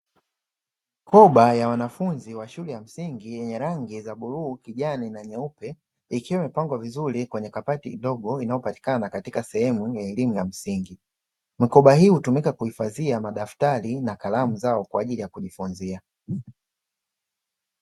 Mikoba ya wanafunzi wa shule ya msingi yenye rangi za bluu, kijani na nyeupe. ikiwa imepangwa vizuri kwenye kabati ndogo inayopatikana katika sehemu ya elimu ya msingi. Mikoba hii hutumika kuhifadhia madaftari na kalamu zao kwa ajili ya kujifunzia.